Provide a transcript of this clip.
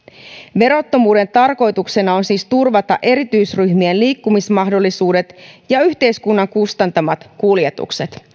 verottomuuden tarkoituksena on siis turvata erityisryhmien liikkumismahdollisuudet ja yhteiskunnan kustantamat kuljetukset